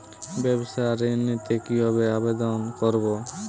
ব্যাবসা ঋণ নিতে কিভাবে আবেদন করব?